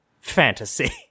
Fantasy